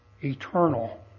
eternal